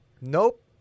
Nope